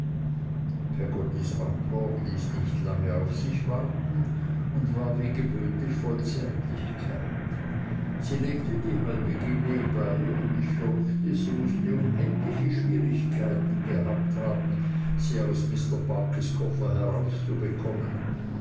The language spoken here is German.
antwort ließ nicht lange auf sich warten und war wie gewöhnlich voll zärtlichkeit sie legte die halbe guinee bei ich fürchte sie mußte unendliche schwierigkeiten gehabt haben sie aus mr barkis koffer herauszubekommen